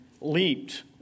leaped